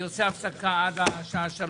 אני עושה הפסקה עד 15:00,